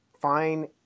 fine